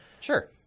Sure